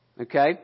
Okay